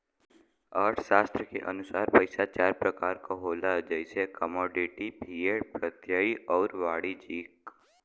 अर्थशास्त्री के अनुसार पइसा चार प्रकार क होला जइसे कमोडिटी, फिएट, प्रत्ययी आउर वाणिज्यिक